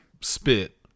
spit